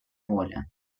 воля